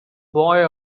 boy